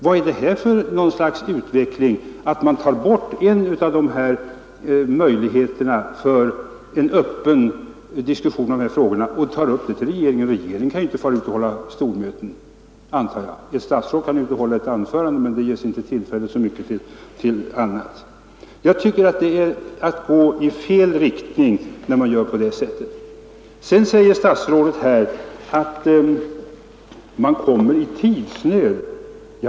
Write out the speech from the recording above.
Men här avskaffar man möjligheterna till en öppen diskussion av frågorna. Jag antar att regeringen inte kan ordna stormöten. Ett statsråd kan hålla ett lugnande anförande i orten, men det ges inte tillfälle till så mycket debatt i övrigt. Jag tycker att utvecklingen går i fel riktning när man handlar på detta sätt. Vidare hänvisar statsrådet till att det kan bli fråga om tidsnöd.